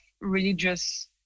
religious